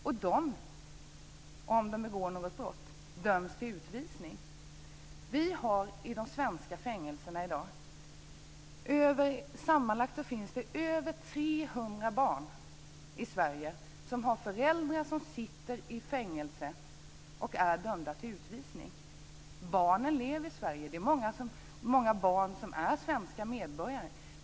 Och om de begår något brott döms de till utvisning. Det finns mer än 300 barn i Sverige som har föräldrar som sitter i svenska fängelser och är dömda till utvisning. Barnen lever i Sverige. Det är många barn som är svenska medborgare.